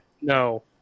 No